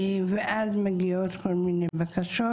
ואז מגיעות כל מיני בקשות,